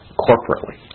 corporately